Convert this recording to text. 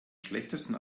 schlechtesten